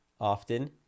often